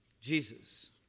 Jesus